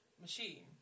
machine